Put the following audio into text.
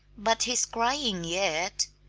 but he's crying yet!